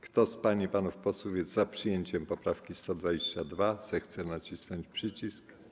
Kto z pań i panów posłów jest za przyjęciem poprawki 122., zechce nacisnąć przycisk.